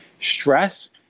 stress